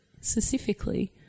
specifically